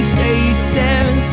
faces